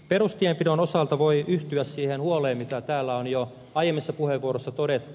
perustienpidon osalta voi yhtyä siihen huoleen mitä täällä on jo aiemmissa puheenvuoroissa todettu